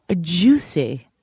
Juicy